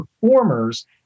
performers